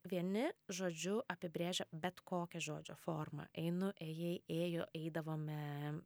vieni žodžiu apibrėžia bet kokią žodžio formą einu ėjai ėjo eidavome